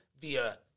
via